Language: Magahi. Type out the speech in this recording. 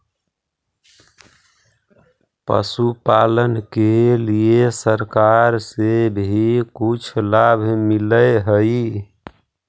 पशुपालन के लिए सरकार से भी कुछ लाभ मिलै हई?